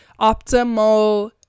optimal